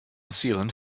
sealant